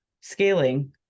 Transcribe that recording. scaling